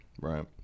Right